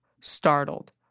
startled